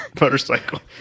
motorcycle